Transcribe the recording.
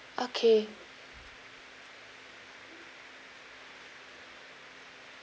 okay